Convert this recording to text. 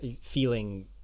feeling